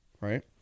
right